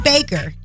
Baker